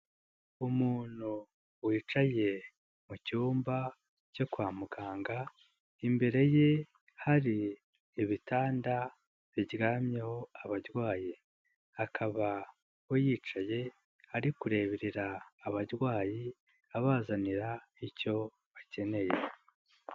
Umuntu wicaye mu cyumba cyo kwa muganga imbere ye hari ibitanda biryamyeho abarwaye, akaba yicaye ari kureberera abarwayi abazanira icyo bakeneye.